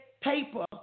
paper